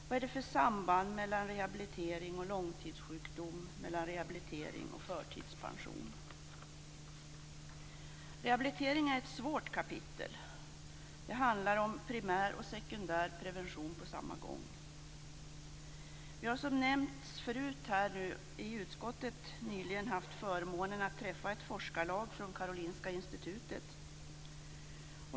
Vad är det för samband mellan rehabilitering och långtidssjukdom, mellan rehabilitering och förtidspension? Rehabilitering är ett svårt kapitel. Det handlar om primär och sekundär prevention på samma gång. Vi har, som nämnts förut, i utskottet nyligen haft förmånen att träffa ett forskarlag från Karolinska Institutet.